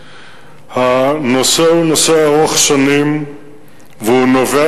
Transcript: הנושא הוא נושא ארוך-שנים והוא נובע